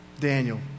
Daniel